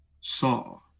saw